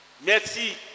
Merci